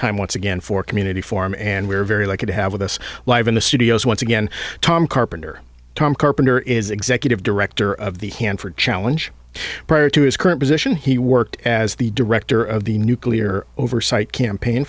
time once again for community forum and we're very lucky to have with us live in the studios once again tom carpenter tom carpenter is executive director of the hanford challenge prior to his current position he worked as the director of the nuclear oversight campaign